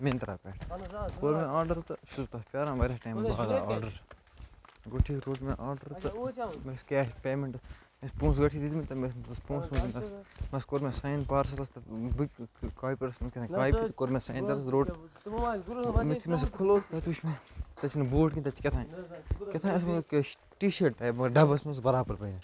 مِنترٛا پٮ۪ٹھ کوٚر مےٚ آرڈَر تہٕ چھُس بہٕ تَتھ پیٛاران واریاہ ٹایمہٕ بعد آو آرڈَر گوٚۄ ٹھیٖک روٚٹ مےٚ آرڈَر تہٕ مےٚ ٲس کیش پیمیٚنٛٹ مےٚ ٲسۍ پونٛسہٕ گۄڈٕنیٚتھے دِتۍ مِتۍ تہٕ کوٚر مےٚ سایِن پارسَلَس تہٕ بہٕ کاپی ٲسی کہتام کاپی کوٚر مےٚ سایِن تَتیٚس روٚٹ یُتھُے مےٚ سُہ کھلو تَتہِ وُچھ مےٚ تَتہِ چھِنہٕ بوٗٹھ کِہیٖنۍ تَتہِ چھِ کہتٲنۍ کہتٲنۍ اوس ووتمُت ٹی شٲٹ ٹایپہ ڈَبَس منٛز برابَر